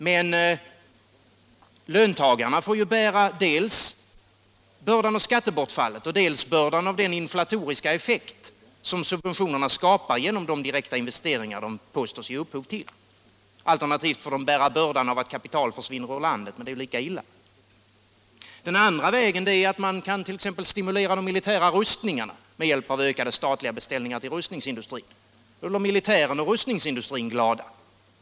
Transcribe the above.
Men löntagarna får bära dels bördan av skattebortfallet, dels bördan av den inflatoriska effekt som subventionerna skapar genom de direkta investeringar som de påstås ge upphov till. Alternativt får löntagarna bära bördan av att kapital försvinner ur landet, men det är lika illa. För det andra kan man stimulera de militära rustningarna med hjälp av ökade statliga beställningar till rustningsindustrin. Då blir militären och rustningsindustrin glada.